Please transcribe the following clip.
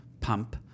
pump